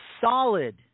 solid